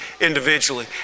individually